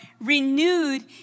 renewed